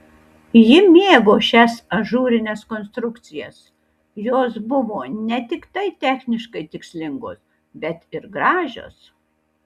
ji mėgo šias ažūrines konstrukcijas jos buvo ne tiktai techniškai tikslingos bet ir gražios